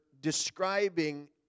describing